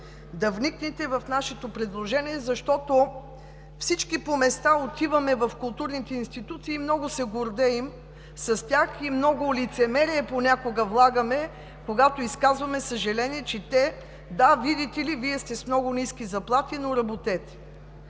да вникнете в нашето предложение, защото всички по места отиваме в културните институти и много се гордеем с тях, и много лицемерие понякога влагаме, когато изказваме съжаление, че – да, видите ли, Вие сте с много ниски заплати, но работете.